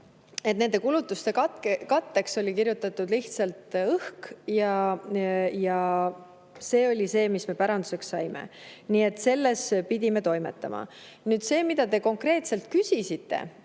Nende kulutuste katteks oli kirjutatud lihtsalt õhk. See oli see, mis me päranduseks saime. Sellega pidime toimetama. See, mida te konkreetselt küsisite